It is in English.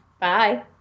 Bye